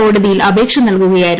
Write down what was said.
കോടതിയിൽ ആപ്രേക്ഷ നൽകുകയായിരുന്നു